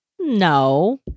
No